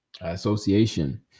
association